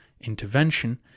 intervention